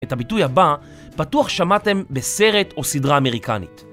את הביטוי הבא, בטוח שמעתם בסרט או סדרה אמריקנית.